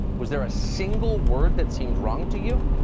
was there a single word that seemed wrong to you?